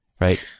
right